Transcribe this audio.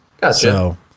Gotcha